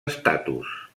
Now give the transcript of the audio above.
estatus